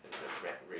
the rat race